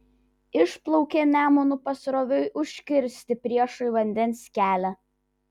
išplaukė nemunu pasroviui užkirsti priešui vandens kelią